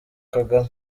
kagame